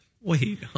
Wait